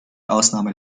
ausnahme